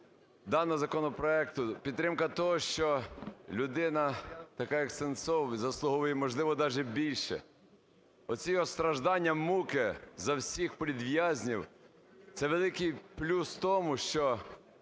даного законопроекту, підтримка того, що людина, така як Сенцов, заслуговує, можливо, даже більше. Оці його страждання, муки за всіх політв'язнів - це великий плюс в тому, що